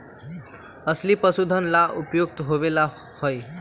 अलसी पशुधन ला उपयुक्त होबा हई